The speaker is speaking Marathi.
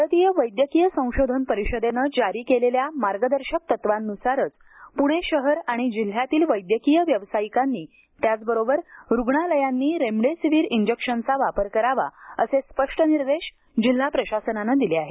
भारतीय वैद्यकीय संशोधन परिषदेनं जारी केलेल्या मार्गदर्शक तत्वानुसारच पुणे शहर आणि जिल्ह्यातील वैद्यकीय व्यावसायिकांनी त्याचबरोबर रुग्णालयांनी रेम डेसिव्हिर इंजेक्शनचा वापर करावा असे स्पष्ट निर्देश जिल्हा प्रशासनानं दिले आहेत